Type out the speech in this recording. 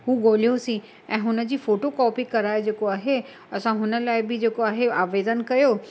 हू ॻोल्हियोसीं ऐं उन जी फ़ोटोकॉपी कराए जेको आहे असां हुन लाइ बि जेको आहे आवेदन कयो